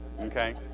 Okay